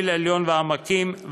חקירה פרלמנטרית בנושא, מה, רק מתחיל?